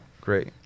great